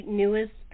newest